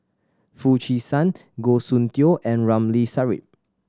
Foo Chee San Goh Soon Tioe and Ramli Sarip